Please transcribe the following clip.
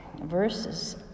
verses